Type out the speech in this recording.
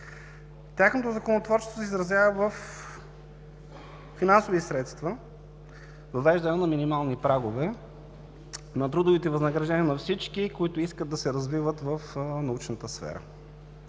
Тяхното законотворчество се изразява във финансови средства – въвеждане на минимални прагове на трудовите възнаграждения на всички, които искат да се развиват в научната сфера.